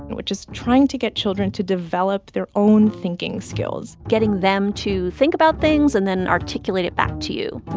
which is trying to get children to develop their own thinking skills getting them to think about things and then articulate it back to you